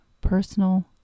personal